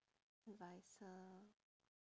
advisor